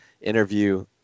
interview